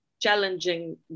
challenging